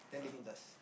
then limitless